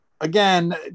again